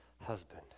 husband